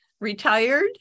retired